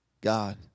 God